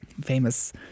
famous